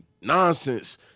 nonsense